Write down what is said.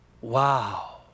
wow